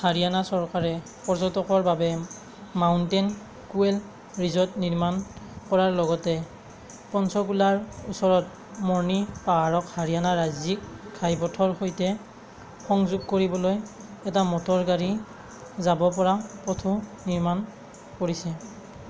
হাৰিয়ানা চৰকাৰে পৰ্যটকৰ বাবে মাউণ্টেন কুৱেল ৰিজ'ৰ্ট নিৰ্মাণ কৰাৰ লগতে পঞ্চকুলাৰ ওচৰত মৰ্নি পাহাৰক হাৰিয়ানা ৰাজ্যিক ঘাইপথৰ সৈতে সংযোগ কৰিবলৈ এটা মটৰগাড়ী যাব পৰা পথো নিৰ্মাণ কৰিছে